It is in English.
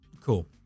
cool